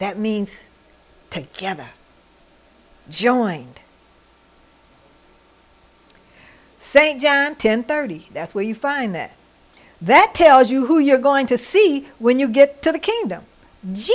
that means together joined st john ten thirty that's where you find that that tells you who you're going to see when you get to the kingdom